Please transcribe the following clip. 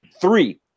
Three